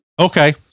okay